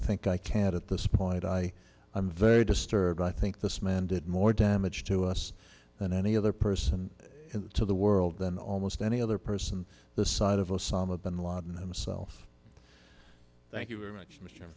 think i can at this point i am very disturbed i think this man did more damage to us than any other person to the world than almost any other person the side of osama bin laden himself thank you very much